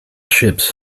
ships